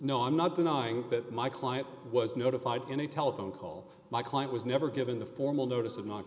no i'm not denying that my client was notified in a telephone call my client was never given the formal notice of no